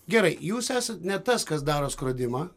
gerai jūs esat ne tas kas daro skrodimą